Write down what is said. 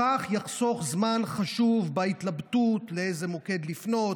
בכך הוא יחסוך זמן חשוב בהתלבטות לאיזה מוקד לפנות,